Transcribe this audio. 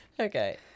Okay